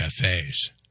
cafes